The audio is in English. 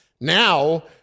Now